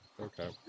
Okay